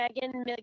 Megan